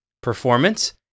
performance